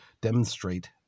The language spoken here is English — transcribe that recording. demonstrate